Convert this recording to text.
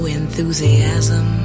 enthusiasm